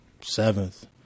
seventh